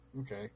Okay